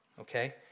okay